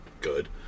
good